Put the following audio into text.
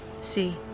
See